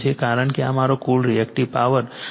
કારણ કે આ મારો કુલ reactive power √ 3 VL IL sin છે